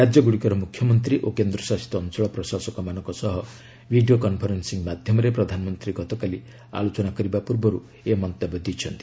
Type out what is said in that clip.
ରାଜ୍ୟଗୁଡ଼ିକର ମୁଖ୍ୟମନ୍ତ୍ରୀ ଓ କେନ୍ଦ୍ରଶାସିତ ଅଞ୍ଚଳ ପ୍ରଶାସକମାନଙ୍କ ସହ ଭିଡ଼ିଓ କନ୍ଫରେନ୍ସିଂ ମାଧ୍ୟମରେ ପ୍ରଧାନମନ୍ତ୍ରୀ ଗତକାଲି ଆଲୋଚନା କରିବା ପୂର୍ବରୁ ଏହି ମନ୍ତବ୍ୟ ଦେଇଛନ୍ତି